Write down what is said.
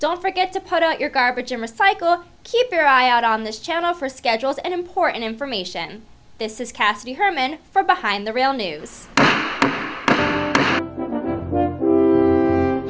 don't forget to put out your garbage and recycling keep your eye out on this channel for schedules and important information this is cassidy herman for behind the real news